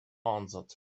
answered